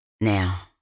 Now